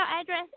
address